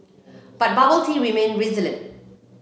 but bubble tea remain resilient